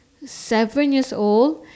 seven years old